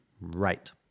Right